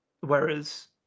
whereas